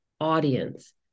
audience